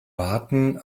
warten